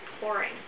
pouring